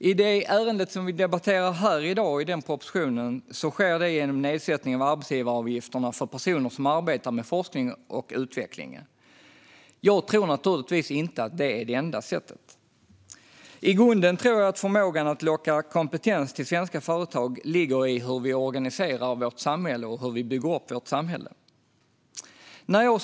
I det ärende och den proposition som vi debatterar här i dag föreslås det ske genom nedsättning av arbetsgivaravgifterna för personer som arbetar med forskning och utveckling. Jag tror naturligtvis inte att det är det enda sättet. I grunden tror jag att förmågan att locka kompetens till svenska företag ligger i hur vi organiserar och bygger upp vårt samhälle.